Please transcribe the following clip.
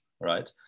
right